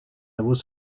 was